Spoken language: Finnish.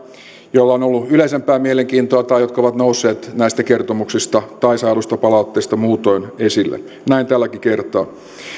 joilla on ollut yleisempää mielenkiintoa tai jotka ovat nousseet näistä kertomuksista tai saaduista palautteista muutoin esille näin tälläkin kertaa